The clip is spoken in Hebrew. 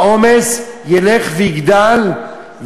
העומס ילך ויגדל,